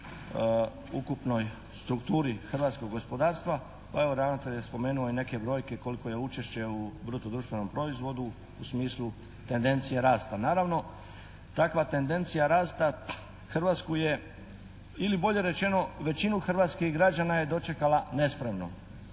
ukupnoj strukturi hrvatskog gospodarstva, pa evo ravnatelj je spomenuo i neke brojke, koliko je učešće u bruto društvenom proizvodu u smislu tendencije rasta. Naravno takva tendencija rasta Hrvatsku je ili bolje rečeno većinu hrvatskih građana je dočekala nespremno.